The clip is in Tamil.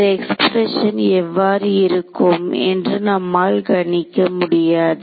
இந்த எக்ஸ்பிரஷன் எவ்வாறு இருக்கும் என்று நம்மால் கணிக்க முடியாது